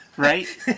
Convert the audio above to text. right